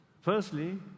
firstly